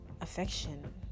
affection